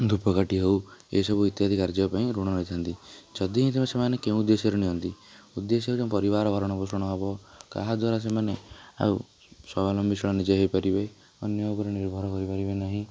ଧୂପକାଠି ହେଉ ଏ ସବୁ ଇତ୍ୟାଦି କାର୍ଯ୍ୟ ପାଇଁ ଋଣ ନେଇଥାନ୍ତି ଯଦି ସେମାନେ କେଉଁ ଉଦ୍ଦେଶ୍ୟରେ ନିଅନ୍ତି ଉଦ୍ଦେଶ୍ୟ ହେଉଛି ପରିବାର ଭରଣ ପୋଷଣ ହେବ କାହା ଦ୍ଵାରା ସେମାନେ ଆଉ ସ୍ବାବଲମ୍ବନଶୀଳ ନିଜେ ହୋଇପାରିବେ ଅନ୍ୟ ଉପରେ ନିର୍ଭର କରିପାରିବେ ନାହିଁ